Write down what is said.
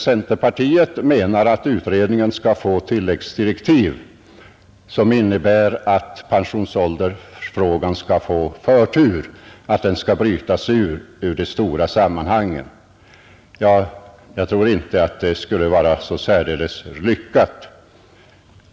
Centerpartiet vill att utredningen skall få tilläggsdirektiv som innebär att pensionsåldersfrågan skall brytas ut ur de stora sammanhangen och behandlas med förtur. Jag tror inte att det skulle vara särdeles lyckat.